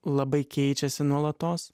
labai keičiasi nuolatos